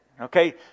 okay